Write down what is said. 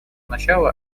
начало